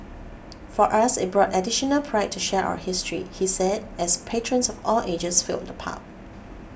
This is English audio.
for us it brought additional pride to share our history he said as patrons of all ages filled the pub